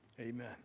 amen